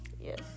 Yes